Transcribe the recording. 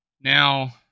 Now